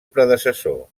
predecessor